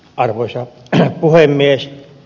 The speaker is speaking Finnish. arvoisa puhemies